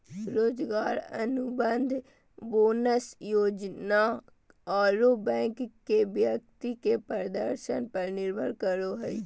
रोजगार अनुबंध, बोनस योजना आरो बैंक के व्यक्ति के प्रदर्शन पर निर्भर करो हइ